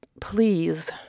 please